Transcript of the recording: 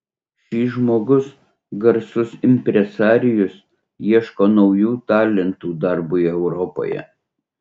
šis žmogus garsus impresarijus ieško naujų talentų darbui europoje